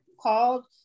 called